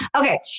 Okay